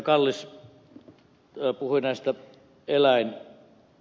kallis puhui näistä eläinruoista